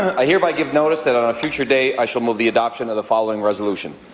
i hear by give notice that on a future day, i shall move the adoption of the following resolution.